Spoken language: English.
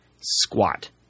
Squat